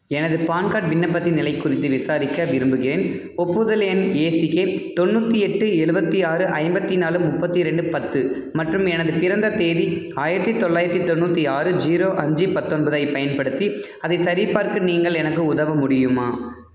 எனது PAN card விண்ணப்பத்தின் நிலைக் குறித்து விசாரிக்க விரும்புகிறேன் ஒப்புதல் எண் ஏசிகே தொண்ணூத்தி எட்டு எழுவத்தி ஆறு ஐம்பத்து நாலு முப்பத்து ரெண்டு பத்து மற்றும் எனது பிறந்த தேதி ஆயிரத்து தொள்ளாயிரத்து தொண்ணூற்றி ஆறு ஜீரோ அஞ்சு பத்தொன்பதைப் பயன்படுத்தி அதை சரிபார்க்க நீங்கள் எனக்கு உதவ முடியுமா